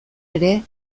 ere